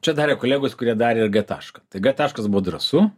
čia darė kolegos kurie darė g tašką tai g taškas buvo drąsu